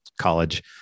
college